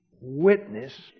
witness